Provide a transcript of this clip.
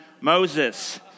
Moses